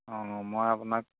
অঁ মই আপোনাক